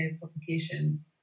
publication